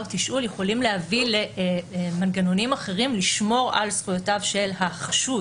תשאול יכולים להביא למנגנונים אחרים לשמור על זכויותיו של החשוד